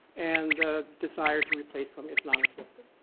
and the desire to replace them is non-existent.